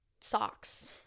socks